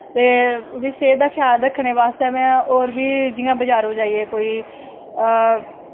ते ओह्दे सेह्त दा ख्याल रक्खनें बास्ते जियां में बज़ारों जाईयै